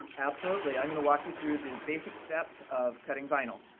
absolutely! i'm going to walk you through the basic steps of cutting vinyl.